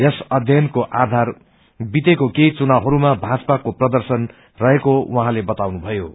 यस अध्ययनको आधार वितेको केही चुनावहरूमा भाजपाको प्रर्दशन रहेको उहाँले बताउनुभएको छ